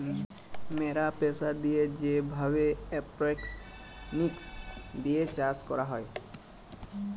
ম্যালা প্রেসার দিয়ে যে ভাবে এরওপনিক্স দিয়ে চাষ ক্যরা হ্যয়